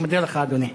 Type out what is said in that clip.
אני מודה לך, אדוני.